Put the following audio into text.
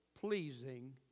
pleasing